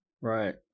Right